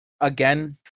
again